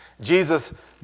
Jesus